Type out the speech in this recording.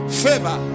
favor